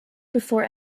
before